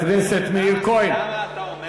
חבר הכנסת מאיר כהן, אתה אומר?